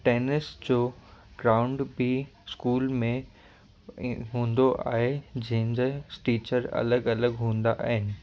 tennis जो ground बि school में हूंदो आहे जंहिं जंहिं टीचर अलॻि अलॻि हूंदा आहिनि